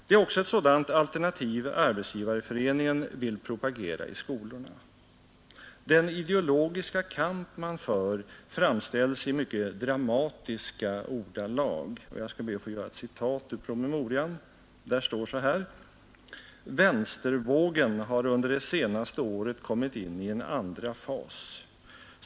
Det är också ett sådant alternativ Arbetsgivareföreningen vill propagera för i skolorna. Den ideologiska kamp man för framställs i mycket dramatiska ordalag. Jag ber att få återge ett citat ur promemorian: ”Vänstervågen har under det senaste året kommit in i en andra fas.